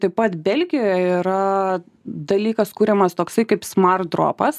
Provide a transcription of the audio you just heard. taip pat belgijoje yra dalykas kuriamas toksai kaip smardropas